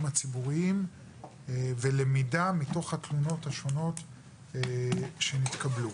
הציבוריים ולמידה מתוך התלונות השונות שנתקבלו.